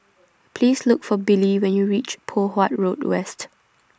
Please Look For Billy when YOU REACH Poh Huat Road West